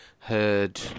Heard